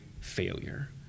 failure